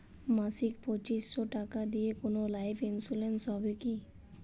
মাসিক পাঁচশো টাকা দিয়ে কোনো লাইফ ইন্সুরেন্স হবে কি?